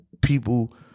people